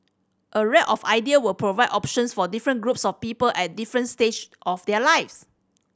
a raft of idea will provide options for different groups of people at different stage of their lives